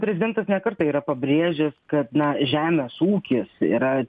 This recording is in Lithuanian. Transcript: prezidentas ne kartą yra pabrėžęs kad na žemės ūkis yra